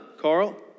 Carl